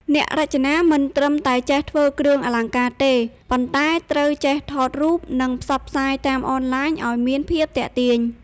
អ្នករចនាមិនត្រឹមតែចេះធ្វើគ្រឿងអលង្ការទេ ប៉ុន្តែត្រូវចេះថតរូប និងផ្សព្វផ្សាយតាមអនឡាញឱ្យមានភាពទាក់ទាញ។